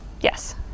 yes